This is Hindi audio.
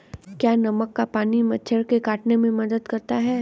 क्या नमक का पानी मच्छर के काटने में मदद करता है?